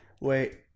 wait